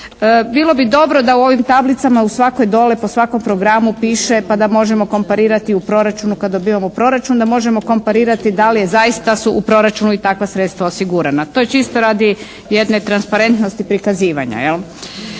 Bilo bi dobro da u ovim tablicama u svakoj dole, po svakom programu piše pa da možemo komparirati u proračunu kad dobivamo proračun, da možemo komparirati da li je zaista su u proračunu i takva sredstva osigurana. To je čisto radi jedne transparentnosti prikazivanja.